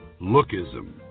lookism